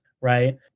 right